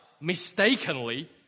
mistakenly